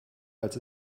als